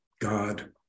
god